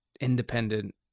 independent